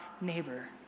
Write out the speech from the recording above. neighbor